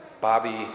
Bobby